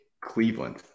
Cleveland